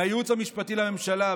מהייעוץ המשפטי לממשלה,